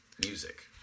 music